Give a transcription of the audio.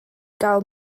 gael